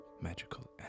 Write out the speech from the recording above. magical